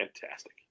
Fantastic